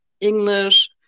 English